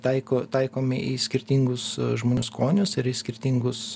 taiko taikomi į skirtingus žmonių skonius ir į skirtingus